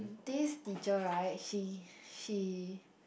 this teacher right she she